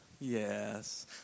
yes